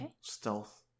stealth